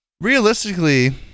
realistically